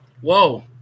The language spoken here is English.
Whoa